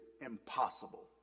impossible